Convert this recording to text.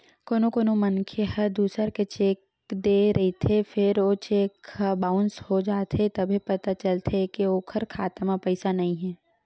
कोनो कोनो मनखे ह दूसर ल चेक दे रहिथे फेर ओ चेक ह बाउंस हो जाथे तभे पता चलथे के ओखर खाता म पइसा नइ हे